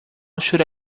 should